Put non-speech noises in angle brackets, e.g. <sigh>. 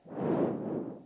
<breath>